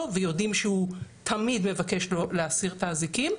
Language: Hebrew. ויודעים שהוא תמיד מבקש להסיר את האזיקים,